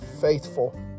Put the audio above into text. faithful